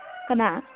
ꯀꯅꯥ